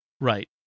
Right